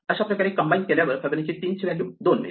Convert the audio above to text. अशाप्रकारे कंबाईन केल्यावर फिबोनाची 3 ची व्हॅल्यू 2 मिळते